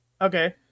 Okay